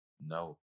no